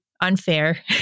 Unfair